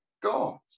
God